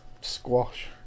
Squash